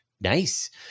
nice